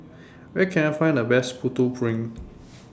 Where Can I Find The Best Putu Piring